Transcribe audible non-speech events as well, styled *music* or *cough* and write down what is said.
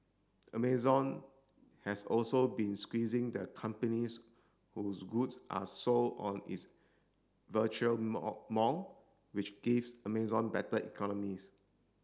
Amazon has also been squeezing the companies whose goods are sold on its virtual *unintelligible* mall which gives Amazon better economies